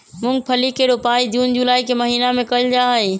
मूंगफली के रोपाई जून जुलाई के महीना में कइल जाहई